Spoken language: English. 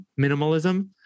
minimalism